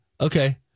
okay